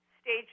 stage